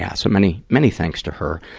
yeah so many, many thanks to her.